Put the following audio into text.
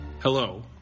Hello